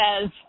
says